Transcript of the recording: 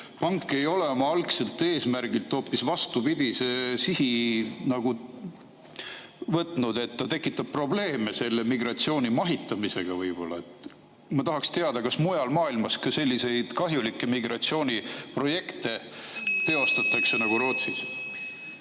pank ei ole oma algsest eesmärgist hoopis vastupidise sihi võtnud, et ta tekitab probleeme selle migratsiooni mahitamisega võib-olla? Ma tahaksin teada, kas selliseid kahjulikke migratsiooniprojekte, nagu on Rootsis,